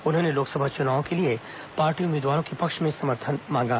उन्होंने लोकसभा चुनाव के लिए पार्टी उम्मीदवारों के पक्ष में जनता से समर्थन मांगा